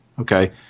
Okay